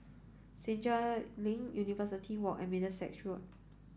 Senja Link University Walk and Middlesex Road